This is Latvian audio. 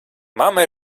mamma